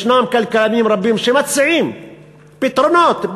יש כלכלנים רבים שמציעים פתרונות,